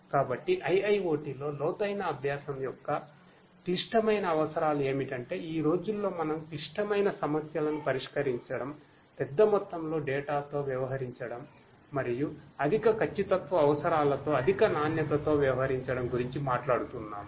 కాబట్టి IIoT లో లోతైన అభ్యాసం యొక్క క్లిష్టమైన అవసరాలు ఏమిటంటే ఈ రోజుల్లో మనం క్లిష్టమైన సమస్యలను పరిష్కరించడం పెద్ద మొత్తంలో డేటా తో వ్యవహరించడం మరియు అధిక ఖచ్చితత్వ అవసరాలతో అధిక నాణ్యతతో వ్యవహరించడం గురించి మాట్లాడుతున్నాము